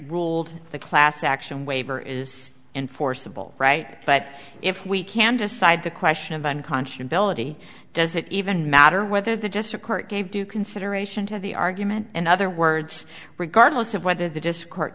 ruled the class action waiver is enforceable right but if we can decide the question of unconscionable ity does it even matter whether the just a court gave due consideration to the argument in other words regardless of whether the disc